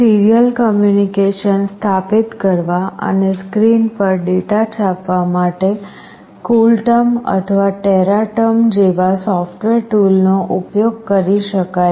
serial communication સ્થાપિત કરવા અને સ્ક્રીન પર ડેટા છાપવા માટે CoolTerm અથવા Teraterm જેવા સોફ્ટવૅર ટૂલ નો ઉપયોગ કરી શકાય છે